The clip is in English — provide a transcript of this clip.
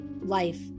life